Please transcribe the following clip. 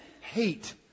hate